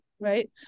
Right